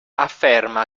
afferma